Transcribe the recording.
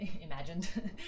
imagined